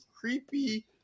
creepy